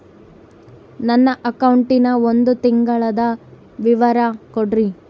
ನನ್ನ ಅಕೌಂಟಿನ ಒಂದು ತಿಂಗಳದ ವಿವರ ಕೊಡ್ರಿ?